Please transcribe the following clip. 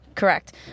Correct